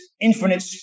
infinite